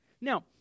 Now